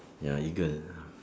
ya eagle